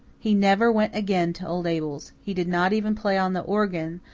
he never went again to old abel's he did not even play on the organ,